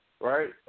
Right